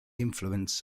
influence